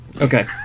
Okay